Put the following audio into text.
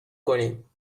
کنیم